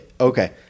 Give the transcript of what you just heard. okay